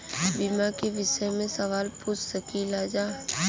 बीमा के विषय मे सवाल पूछ सकीलाजा?